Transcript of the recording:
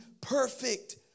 perfect